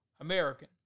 American